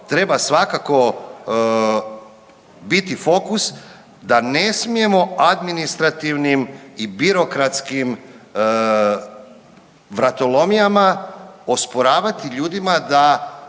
treba svakako biti fokus da ne smijemo administrativnim i birokratskim vratolomijama osporavati ljudima da